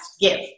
give